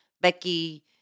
Becky